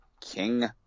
King